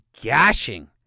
gashing